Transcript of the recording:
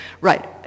right